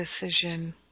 decision